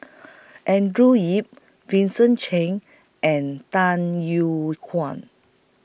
Andrew Yip Vincent Cheng and Dan Yew Kuan